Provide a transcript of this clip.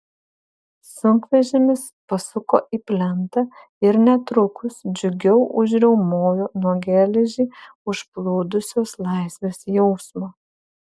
sunkvežimis pasuko į plentą ir netrukus džiugiau užriaumojo nuo geležį užplūdusios laisvės jausmo